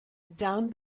down